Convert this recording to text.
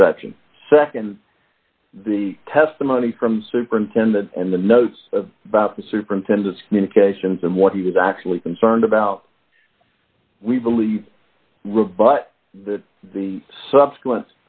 perception nd the testimony from superintendent and the notes of about the superintendent's communications and what he was actually concerned about we believe rebut that the subsequent